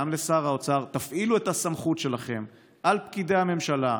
גם לשר האוצר: תפעילו את הסמכות שלכם על פקידי הממשלה,